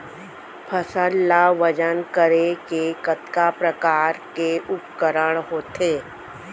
फसल ला वजन करे के कतका प्रकार के उपकरण होथे?